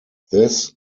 this